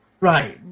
Right